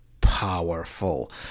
powerful